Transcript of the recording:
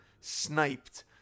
sniped